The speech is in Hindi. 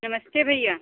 नमस्ते भईया